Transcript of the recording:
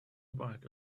bike